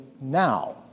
now